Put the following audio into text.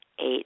Eight